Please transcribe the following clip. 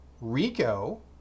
Rico